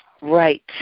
Right